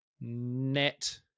net